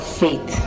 faith